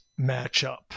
matchup